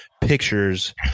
pictures